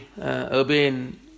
urban